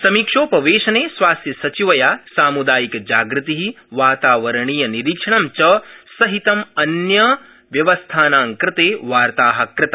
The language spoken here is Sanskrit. समीक्षोपवेशने स्वास्थ्यसचिवया सामूदायिकजागृति वातावरणीयनिरीक्षणं च सहितम् अन्यव्यवस्थानां कृते वार्ता कृता